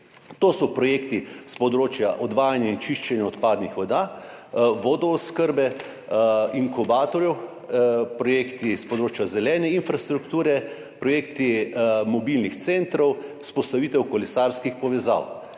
To so projekti s področja odvajanja in čiščenja odpadnih voda, vodooskrbe, inkubatorjev, projekti s področja zelene infrastrukture, projekti mobilnih centrov, vzpostavitev kolesarskih povezav.